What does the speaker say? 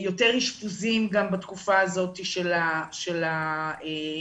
יותר אשפוזים בתקופה הזאת של הקורונה.